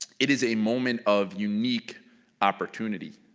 it is a moment of unique opportunity.